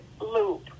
loop